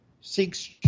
seeks